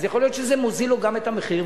יכול להיות שזה גם מוזיל לו את המחיר,